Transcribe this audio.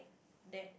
that